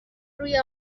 روی